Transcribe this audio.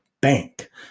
bank